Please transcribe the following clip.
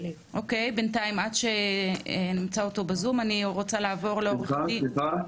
סליחה,